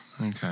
Okay